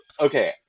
Okay